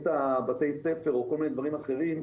את בתי הספר או כל מיני דברים אחרים,